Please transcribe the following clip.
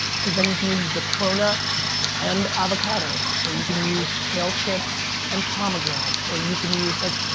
cause then you can use the chronut and avocados or you can use kale chips and pomegranates or you can use, like,